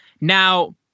Now